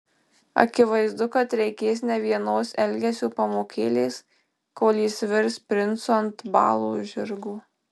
akivaizdu kad reikės ne vienos elgesio pamokėlės kol jis virs princu ant balo žirgo